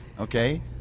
okay